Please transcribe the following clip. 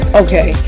okay